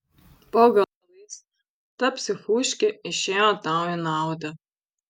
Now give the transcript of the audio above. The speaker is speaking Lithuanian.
po galais ta psichuškė išėjo tau į naudą